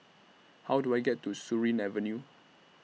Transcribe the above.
How Do I get to Surin Avenue